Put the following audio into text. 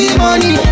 money